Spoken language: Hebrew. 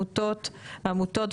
העמותות,